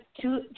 two